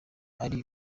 ari